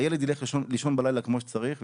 הילד ילך לישון בלילה כמו שצריך,